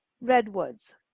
redwoods